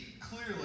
clearly